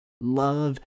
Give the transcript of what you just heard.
love